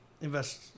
Invest